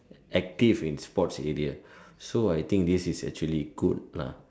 active in sports area so I think this is actually good lah